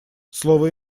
слово